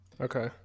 okay